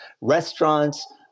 restaurants